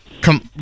come